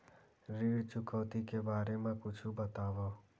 ऋण चुकौती के बारे मा कुछु बतावव?